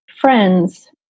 friends